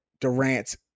Durant